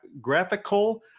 graphical